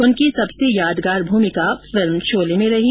उनकी सबसे यादगार भूमिका फिल्म शोले में रही